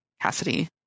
Cassidy